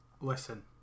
Listen